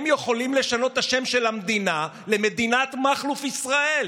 הם יכולים לשנות את השם של המדינה ל"מדינת מכלוף ישראל",